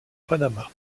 panamá